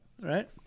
Right